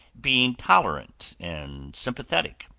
being tolerant and sympathetic.